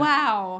Wow